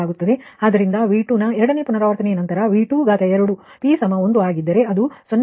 ಆದ್ದರಿಂದ V2'ನ ಎರಡನೇ ಪುನರಾವರ್ತನೆ ನಂತರ V22 p 1 ಆಗಿದ್ದರೆ ಅದು 0